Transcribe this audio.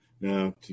Now